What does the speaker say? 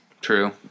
True